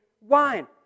wine